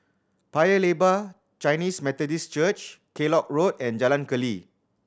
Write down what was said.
Paya Lebar Chinese Methodist Church Kellock Road and Jalan Keli